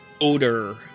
odor